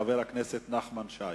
חבר הכנסת נחמן שי,